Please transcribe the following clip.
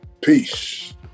Peace